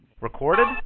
Recorded